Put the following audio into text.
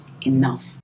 enough